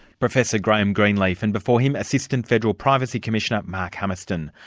professor graham greenleaf, and before him, assistant federal privacy commissioner, mark hummerston.